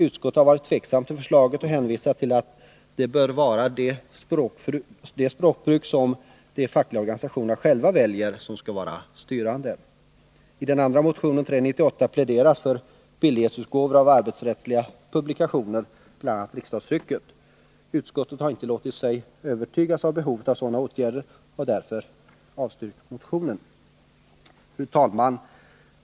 Utskottet har varit tveksamt till förslaget och hänvisar till att det språkbruk som de fackliga organisationerna själva väljer bör vara avgörande. I den andra motionen, 398, pläderas för billighetsutgåvor av arbetsrättsliga publikationer, bl.a. riksdagstrycket. Utskottet har inte låtit sig övertygas om behovet av sådana åtgärder och har därför avstyrkt motionen. Fru talman!